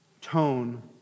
tone